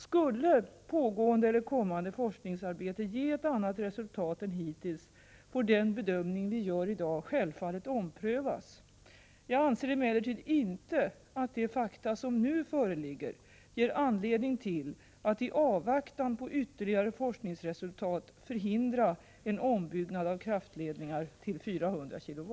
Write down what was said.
Skulle pågående eller kommande forskningsarbete ge ett annat resultat än hittills får den bedömning vi gör i dag självfallet omprövas. Jag anser emellertid inte att de fakta som nu föreligger ger anledning till att i avvaktan på ytterligare forskningsresultat förhindra en ombyggnad av kraftledningar till 400 kV.